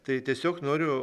tai tiesiog noriu